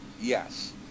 yes